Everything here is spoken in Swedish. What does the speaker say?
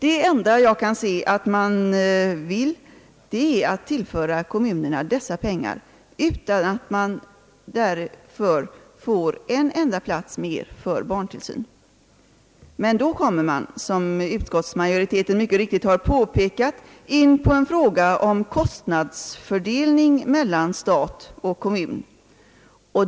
Det enda jag kan se att man vill är att tillföra kommunerna dessa pengar utan att man därför får en enda plats mer för barntillsyn. Men då kommer man, som utskottsmajoriteten mycket riktigt påpekat, in på en fråga om kostnadsfördelning mellan stat och kommun.